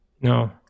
no